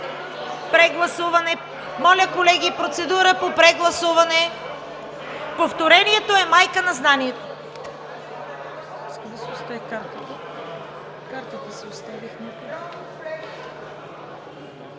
Прегласуване – моля, колеги, процедура по прегласуване! Повторението е майка на знанието.